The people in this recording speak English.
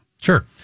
Sure